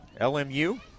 LMU